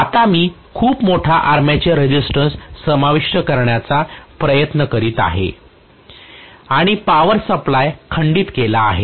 आता मी खूप मोठा आर्मेचर रेझिस्टन्स समाविष्ट करण्याचा प्रयत्न करीत आहे आणि पॉवर सप्लाय खंडित केला आहे